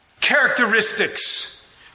characteristics